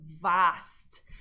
vast